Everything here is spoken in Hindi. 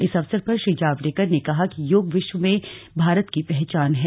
इस अवसर पर श्री जावड़ेकर ने कहा कि योग विश्व में भारत की पहचान है